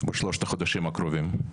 בשלושת החודשים הקרובים?